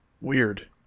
Weird